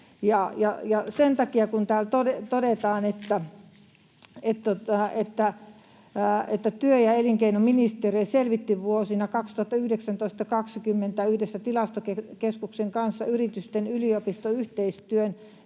paremmin. Täällä todetaan, että työ- ja elinkeinoministeriö selvitti vuosina 2019—20 yhdessä Tilastokeskuksen kanssa yritysten yliopistoyhteistyön